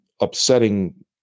upsetting